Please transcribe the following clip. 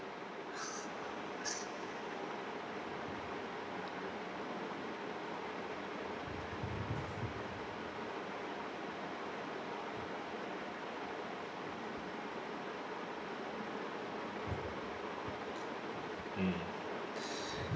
mm